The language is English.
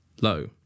low